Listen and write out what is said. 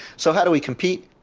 so how do we compete?